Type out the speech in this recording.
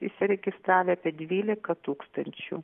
įsiregistravę apie dvylika tūkstančių